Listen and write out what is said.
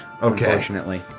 unfortunately